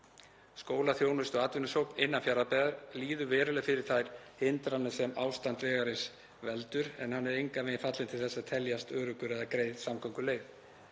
Skóla-, þjónustu- og atvinnusókn innan Fjarðabyggðar líður verulega fyrir þær hindranir sem ástand vegarins veldur en hann er engan veginn fallinn til þess að teljast öruggur eða greið samgönguleið.